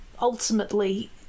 ultimately